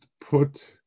put